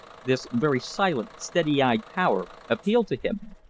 this very silent, steady-eyed power appealed to him.